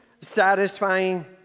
satisfying